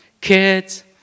kids